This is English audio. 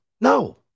No